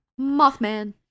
Mothman